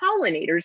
pollinators